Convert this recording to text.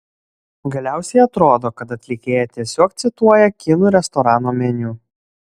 galiausiai atrodo kad atlikėja tiesiog cituoja kinų restorano meniu